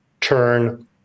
turn